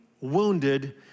wounded